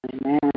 Amen